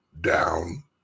down